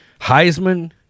Heisman